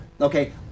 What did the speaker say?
Okay